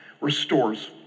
restores